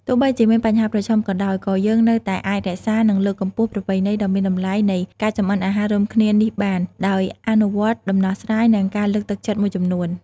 ទោះបីជាមានបញ្ហាប្រឈមក៏ដោយ ក៏យើងនៅតែអាចរក្សា និងលើកកម្ពស់ប្រពៃណីដ៏មានតម្លៃនៃការចម្អិនអាហាររួមគ្នានេះបាន ដោយអនុវត្តដំណោះស្រាយ និងការលើកទឹកចិត្តមួយចំនួន ។